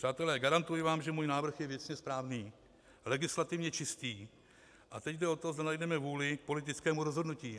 Přátelé, garantuji vám, že můj návrh je věcně správný, legislativně čistý, a teď jde o to, zda najdeme vůli k politickému rozhodnutí.